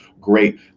great